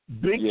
big